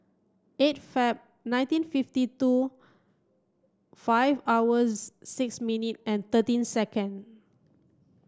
eight Feb nineteen fifty two five hours six minute and thirteen second